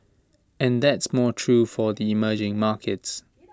and that's more true for the emerging markets